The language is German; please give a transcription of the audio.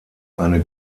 eine